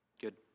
Good